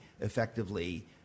effectively